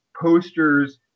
posters